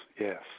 yes